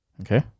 Okay